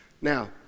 Now